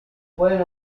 pueden